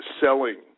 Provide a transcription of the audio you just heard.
selling